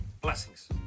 Blessings